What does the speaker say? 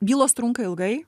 bylos trunka ilgai